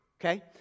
okay